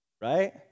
Right